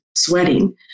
sweating